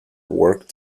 work